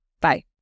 Bye